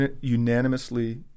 Unanimously